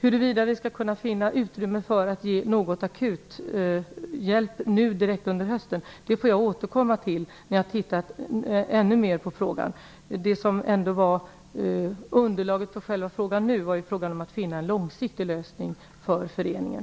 Frågan huruvida det finns utrymme för att ge akuthjälp direkt under hösten får jag återkomma till när jag tittat ännu mer på ämnet. Den nu aktuella frågan gällde ju om man kan finna en långsiktig lösning för föreningen.